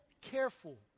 careful